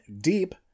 Deep